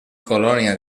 colònia